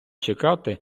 чекати